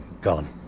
Gone